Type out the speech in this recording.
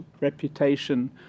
reputation